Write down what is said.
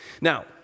Now